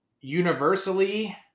universally